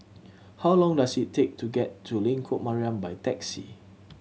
how long does it take to get to Lengkok Mariam by taxi